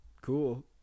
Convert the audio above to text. cool